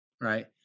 right